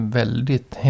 väldigt